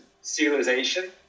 civilization